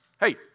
hey